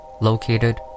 located